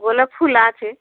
গোলাপ ফুল আছে